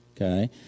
Okay